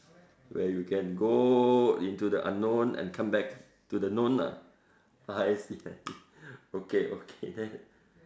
where you can go into the unknown and come back to the known lah I see I see okay okay